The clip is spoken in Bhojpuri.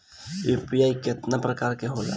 यू.पी.आई केतना प्रकार के होला?